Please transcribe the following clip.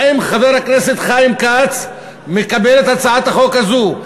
האם חבר הכנסת חיים כץ מקבל את הצעת החוק הזאת?